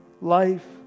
life